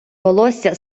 волосся